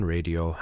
Radio